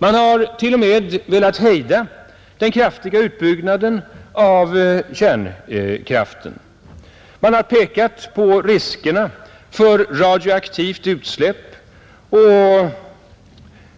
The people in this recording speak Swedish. Man har t.o.m., velat hejda den starka utbyggnaden av kärnkraften. Man har pekat på riskerna för radioaktivt utsläpp och på